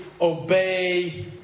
obey